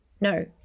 no